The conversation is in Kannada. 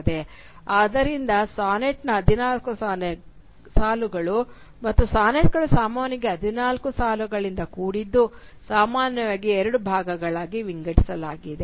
ಆದ್ದರಿಂದ ಸಾನೆಟ್ನ ಹದಿನಾಲ್ಕು ಸಾಲುಗಳು ಮತ್ತು ಸಾನೆಟ್ಗಳು ಸಾಮಾನ್ಯವಾಗಿ ಹದಿನಾಲ್ಕು ಸಾಲುಗಳಿಂದ ಕೂಡಿದ್ದು ಸಾಮಾನ್ಯವಾಗಿ ಎರಡು ಭಾಗಗಳಾಗಿ ವಿಂಗಡಿಸಲಾಗಿದೆ